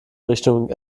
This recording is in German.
richtung